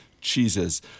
cheeses